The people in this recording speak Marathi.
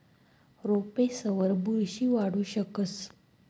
रोपेसवर बुरशी वाढू शकस